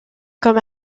comme